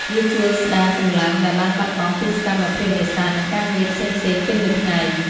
វាជួយស្តារកម្លាំងដែលបានបាត់បង់ពីសកម្មភាពនេសាទនិងការងារផ្សេងៗពេញមួយថ្ងៃ។